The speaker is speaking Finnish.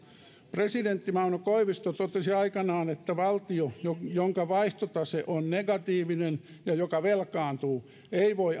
presidentti mauno koivisto totesi aikanaan että valtio jonka vaihtotase on negatiivinen ja joka velkaantuu ei voi